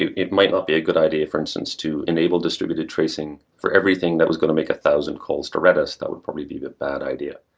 it it might not be a good idea, for instance, to enable distributed tracing for everything that was going to make a thousand calls to redis, that would probably be the bad idea.